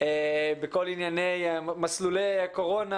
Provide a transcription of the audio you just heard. בכל ענייני מסלולי הקורונה